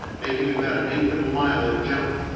making about an eighth of a mile at a jump,